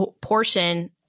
portion